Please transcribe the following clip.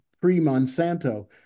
pre-monsanto